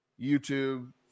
YouTube